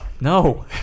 No